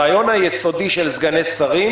הרעיון היסודי של סגני שרים,